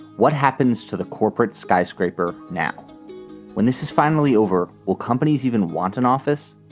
what happens to the corporate skyscraper now when this is finally over? will companies even want an office?